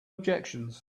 objections